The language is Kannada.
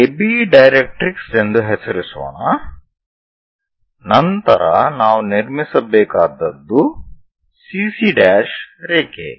AB ಡೈರೆಕ್ಟ್ರಿಕ್ಸ್ ಎಂದು ಹೆಸರಿಸೋಣ ನಂತರ ನಾವು ನಿರ್ಮಿಸಬೇಕಾದದ್ದು CC 'ರೇಖೆ